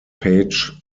page